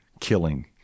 killing